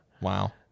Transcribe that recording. Wow